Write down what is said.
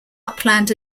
upland